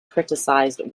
criticised